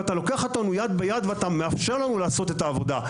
לוקח אותנו יד ביד ומאפשר לנו לעשות את העבודה.